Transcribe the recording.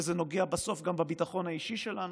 וזה נוגע בסוף גם בביטחון האישי שלנו.